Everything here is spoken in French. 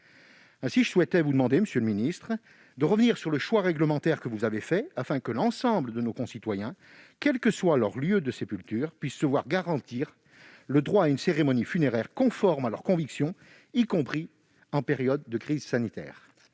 Aussi, je souhaite demander au Gouvernement de revenir sur le choix réglementaire qu'il a fait, afin que l'ensemble de nos concitoyens, quel que soit leur lieu de sépulture, puissent se voir garantir le droit à une cérémonie funéraire conforme à leurs convictions, y compris en période de crise sanitaire.